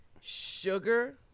sugar